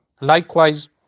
Likewise